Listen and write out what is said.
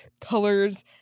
colors